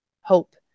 hope